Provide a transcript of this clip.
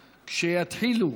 כשיתחילו,